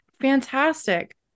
fantastic